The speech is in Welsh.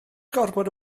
gormod